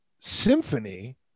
Symphony